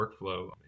workflow